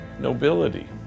nobility